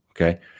okay